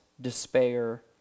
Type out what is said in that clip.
despair